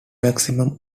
maximum